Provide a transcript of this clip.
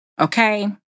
Okay